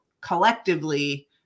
collectively